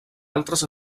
altres